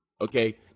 okay